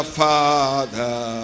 father